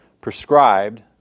prescribed